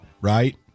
right